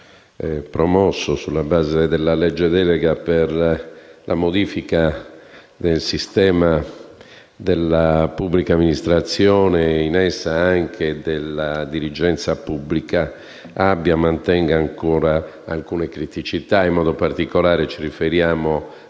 promosso, sulla base della legge delega, per la modifica del sistema della pubblica amministrazione e, in essa, anche della dirigenza pubblica, mantenga ancora alcune criticità. In modo particolare, ci riferiamo